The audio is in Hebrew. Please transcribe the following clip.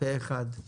הצבעה בעד,